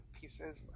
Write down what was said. pieces